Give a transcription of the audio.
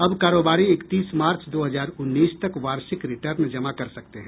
अब कारोबारी इकतीस मार्च दो हजार उन्नीस तक वार्षिक रिटर्न जमा कर सकते हैं